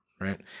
right